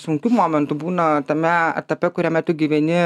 sunkių momentų būna tame etape kuriame tu gyveni